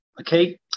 Okay